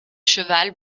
cheval